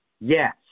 Yes